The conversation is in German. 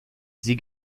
sie